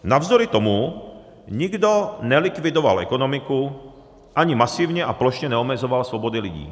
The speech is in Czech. Navzdory tomu nikdo nelikvidoval ekonomiku ani masivně a plošně neomezoval svobody lidí.